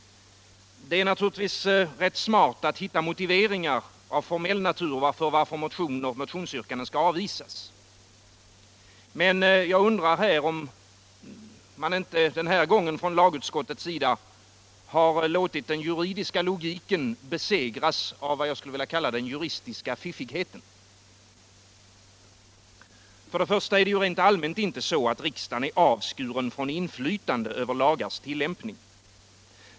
Det är naturligtvis smart gjort att hitta motiveringar av formell natur till att motioner skall avvisas. Men jag undrar om ändå inte lagutskottet den här gången låtit den juridiska fiffigheten besegra den juridiska logiken. För det första är det rent allmänt inte så, att riksdagen är avskuren från inflytande över lagars tillämpning.